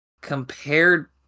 compared